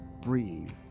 breathe